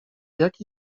jaki